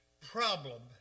problem